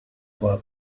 were